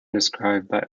described